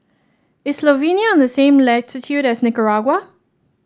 is Slovenia on the same latitude as Nicaragua